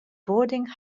boarding